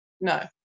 no